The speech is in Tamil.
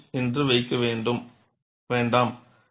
C என்று வைக்க வேண்டாம்